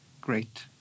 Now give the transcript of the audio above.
Great